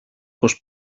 πως